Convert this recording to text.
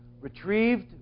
retrieved